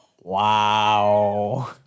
Wow